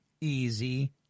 easy